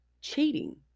cheating